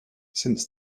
since